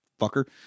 fucker